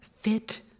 fit